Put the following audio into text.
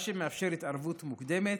מה שמאפשר התערבות מוקדמת,